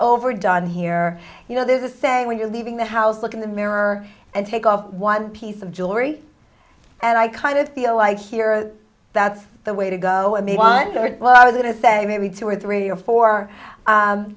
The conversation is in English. overdone here you know there's a saying when you're leaving the house look in the mirror and take off one piece of jewelry and i kind of feel like here that's the way to go and they wondered well i was in a semi maybe two or three or four